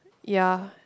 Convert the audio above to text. ya